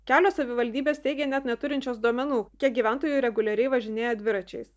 kelios savivaldybės teigia neturinčios duomenų kiek gyventojų reguliariai važinėja dviračiais